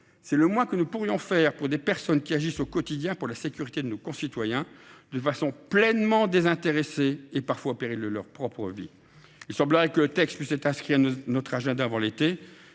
C’est le moins que nous puissions faire pour des personnes qui agissent au quotidien pour la sécurité de nos concitoyens, de façon pleinement désintéressée, parfois au péril de leur propre vie. Il semble que le texte pourrait être inscrit à notre agenda avant l’été.